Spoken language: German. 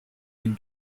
den